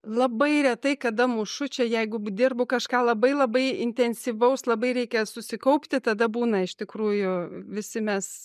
labai retai kada mušu čia jeigu dirbu kažką labai labai intensyvaus labai reikia susikaupti tada būna iš tikrųjų visi mes